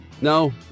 no